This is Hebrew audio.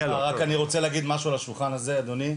אני רק רוצה להגיד משהו אחד על השולחן הזה אדוני,